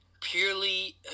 purely